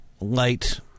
light